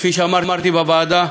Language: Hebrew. כפי שאמרתי בוועדה,